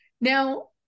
Now